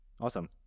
Awesome